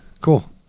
cool